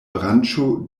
branĉo